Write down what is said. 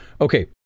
Okay